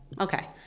Okay